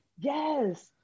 Yes